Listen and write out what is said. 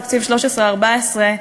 תקציב 2014-2013,